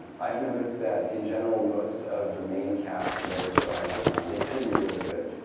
i've noticed that, in general, most of the main cast of every show i work on, they tend to be really good.